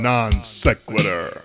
Non-Sequitur